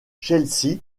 chelsea